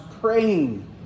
praying